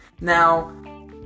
Now